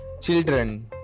children